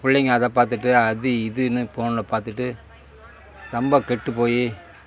இப்போ பிள்ளைங்க அதை பார்த்துட்டு அது இதுன்னு ஃபோனில் பார்த்துட்டு ரொம்ப கெட்டு போய்